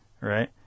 Right